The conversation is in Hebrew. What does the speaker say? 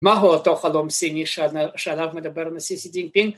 ‫מהו אותו חלום סיני ‫שעליו מדבר נשיא סידין פינק?